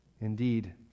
Indeed